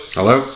Hello